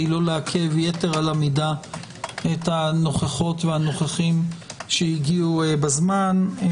לא לעכב יתר על המידה את הנוכחות והנוכחים שהגיעו בזמן.